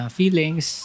feelings